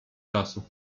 czasu